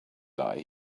lie